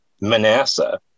manasseh